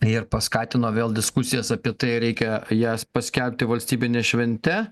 ir paskatino vėl diskusijas apie tai reikia jas paskelbti valstybine švente